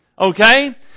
Okay